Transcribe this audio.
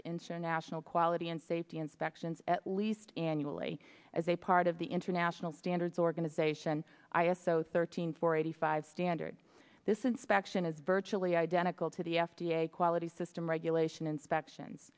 to international quality and safety inspections at least annually as a part of the international standards organization i s o thirteen four eighty five standard this inspection is virtually identical to the f d a quality system regulation inspections